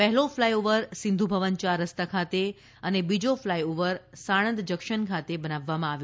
પહેલો flyover Sindhu Bhavan ચાર રસ્તા ખાતે અને બીજો ફ્લાય ઓવર સાણંદ જંકશન ખાતે બનાવવામાં આવ્યો છે